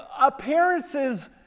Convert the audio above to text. appearances